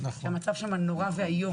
שהמצב שם נורא ואיום.